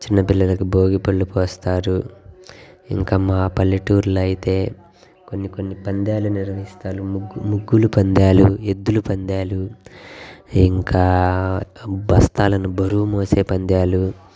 చిన్న పిల్లలకు భోగి పళ్ళు పోస్తారు ఇంకా మా పల్లెటూరులో అయితే కొన్ని కొన్ని పందాలు నిర్వహిస్తారు ముగ్గురు ముగ్గులు పందాలు ఎద్దులు పందాలు ఇంకా బస్తాలను బరువు మోసే పందాలు